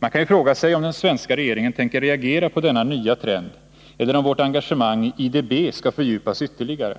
Man kan ju fråga sig om den svenska regeringen tänker reagera på denna nya trend eller om vårt engagemang i IDB skall fördjupas ytterligare,